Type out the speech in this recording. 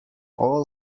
all